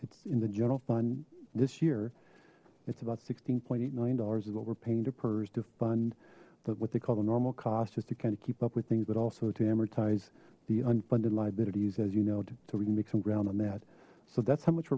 it's in the general fund this year it's about sixteen point eight million dollars is what we're paying to pers to fund but what they call the normal cost just to kind of keep up with things but also to amortize the unfunded liabilities as you know so we can make some ground on that so that's how much